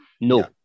no